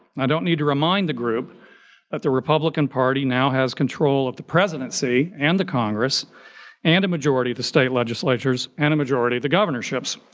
i don't need to remind the group that the republican party now has control of the presidency and the congress and a majority of the state legislators and a majority of the governorships.